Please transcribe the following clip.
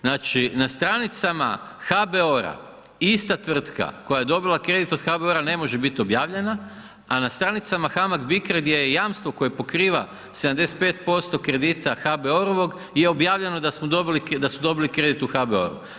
Znači, na stranicama HBOR-a ista tvrtka koje je dobila kredit od HBOR-a ne može biti objavljena, a na stanicama HAMAG-BICRO-a gdje je jamstvo koje pokriva 75% kredita HBOR-ovog je objavljeno da su dobili kredit u HBOR-u.